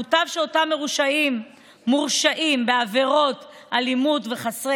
מוטב שאותם מורשעים בעבירות אלימות בחסרי